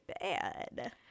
bad